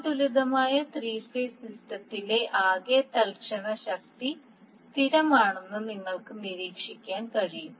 സമതുലിതമായ three phase സിസ്റ്റത്തിലെ ആകെ തൽക്ഷണ ശക്തി സ്ഥിരമാണെന്ന് നിങ്ങൾക്ക് നിരീക്ഷിക്കാൻ കഴിയും